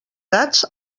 gats